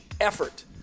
effort